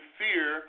fear